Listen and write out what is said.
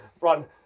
run